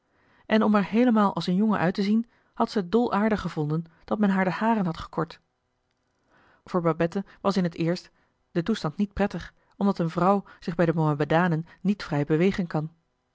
en om er heelemaal als een jongen uit te zien had ze het dol aardig gevonden dat men haar de haren had gekort voor babette was in t eerst de toestand niet prettig omdat een vrouw zich bij de mohamedanen niet vrij bewegen kan